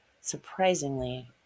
surprisingly